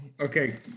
okay